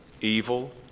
evil